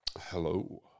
Hello